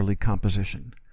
composition